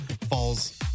falls